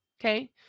okay